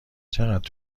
چقدر